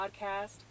podcast